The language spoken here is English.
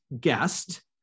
guest